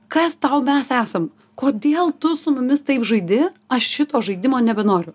kas tau mes esam kodėl tu su mumis taip žaidi aš šito žaidimo nebenoriu